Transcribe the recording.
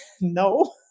No